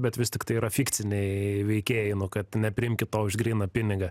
bet vis tiktai yra fikciniai veikėjai kad nepriimkit to už gryną pinigą